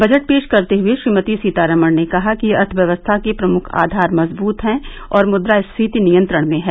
budget पेश करते हुए श्रीमती सीतारामन ने कहा कि अर्थव्यवस्था के प्रमुख आधार मजबूत हैं और मुद्रास्फीति नियंत्रण में है